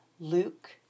Luke